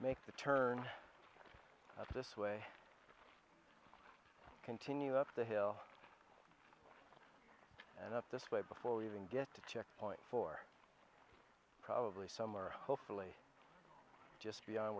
make the turn up this way continue up the hill and up this way before we even get to checkpoint for probably somewhere hopefully just beyond